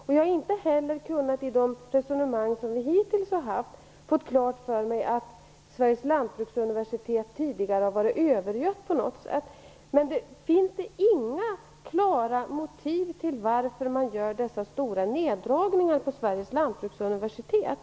Jag har inte heller i de resonemang som vi hittills har haft kunnat få klart för mig att Sveriges lantbruksuniversitet tidigare på något sätt skulle ha varit övergött. Finns det inga klara motiv till att man gör dessa stora neddragningar på Sveriges lantbruksuniversitet?